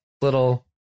little